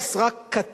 שהיחס רק קטן.